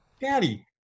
Daddy